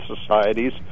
societies